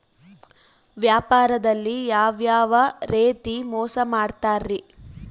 ವ್ಯಾಪಾರದಲ್ಲಿ ಯಾವ್ಯಾವ ರೇತಿ ಮೋಸ ಮಾಡ್ತಾರ್ರಿ?